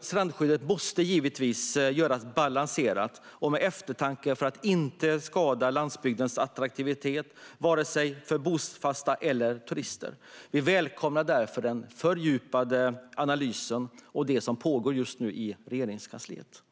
strandskyddet måste givetvis göras balanserat och med eftertanke för att inte skada landsbygdens attraktivitet vare sig för bofasta eller för turister. Vi välkomnar därför den fördjupade analys som pågår just nu i Regeringskansliet.